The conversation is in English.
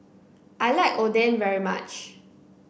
I like Oden very much